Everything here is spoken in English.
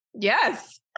Yes